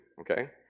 okay